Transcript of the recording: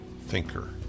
thinker